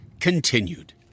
continued